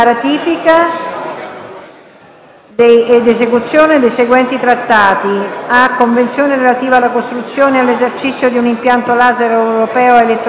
ed esecuzione dei seguenti trattati: A) Convenzione relativa alla costruzione e all'esercizio di un Impianto laser europeo a elettroni liberi a raggi X, con allegati,